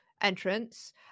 entrance